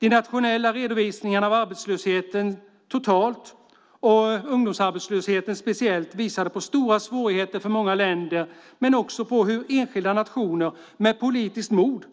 De nationella redovisningarna av arbetslösheten totalt och speciellt ungdomsarbetslösheten visade på stora svårigheter för många länder men också på hur enskilda nationer med politiskt mod